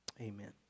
Amen